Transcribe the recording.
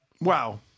wow